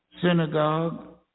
synagogue